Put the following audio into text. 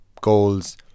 goals